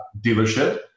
dealership